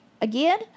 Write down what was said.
Again